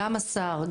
גם השר,